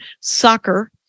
soccer